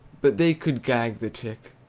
but they could gag the tick,